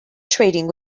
trading